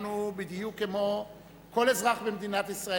בדיוק כמו כל אזרח במדינת ישראל,